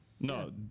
No